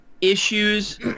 issues